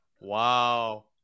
Wow